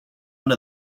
one